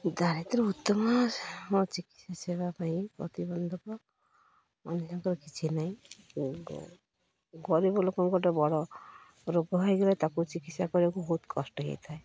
ଦାରିଦ୍ର୍ୟ ଉତ୍ତମ ଚିକିତ୍ସା ସେବା ପାଇଁ ପ୍ରତିବନ୍ଧକ ମନୁଷ୍ୟଙ୍କର କିଛି ନାହିଁ ଗରିବ ଲୋକଙ୍କୁ ଗୋଟେ ବଡ଼ ରୋଗ ହେଇଗଲେ ତାକୁ ଚିକିତ୍ସା କରିବାକୁ ବହୁତ କଷ୍ଟ ହେଇଥାଏ